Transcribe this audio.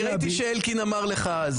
ראיתי שאלקין אמר לך.